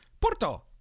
Porto